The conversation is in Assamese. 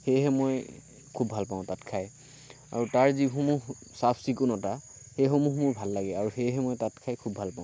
সেয়েহে মই খুব ভাল পাওঁ তাত খায় আৰু তাৰ যিসমূহ চাফ চিকূণতা সেই সমূহ মোৰ ভাল লাগে আৰু সেয়েহে মই তাত খাই খুব ভাল পাওঁ